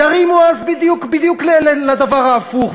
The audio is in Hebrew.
יורמו אז בדיוק לדבר ההפוך,